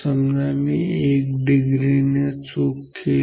समजा मी 1 डिग्री ने चूक केली